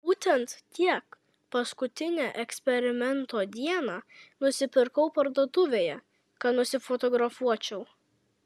būtent tiek paskutinę eksperimento dieną nusipirkau parduotuvėje kad nusifotografuočiau